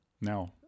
Now